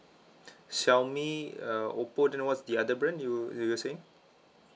xiaomi uh oppo then what is the other brand you you were saying